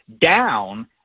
down